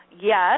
yes